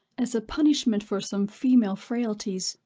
as a punishment for some female frailties,